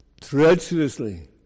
treacherously